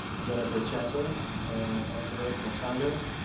jennifer chento and angela motando,